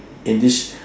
in this